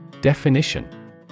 Definition